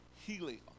healing